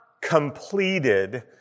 completed